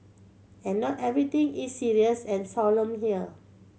and not everything is serious and solemn here